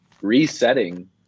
resetting